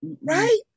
right